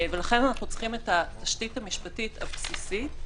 ולכן אנחנו צריכים את התשתית המשפטית הבסיסית,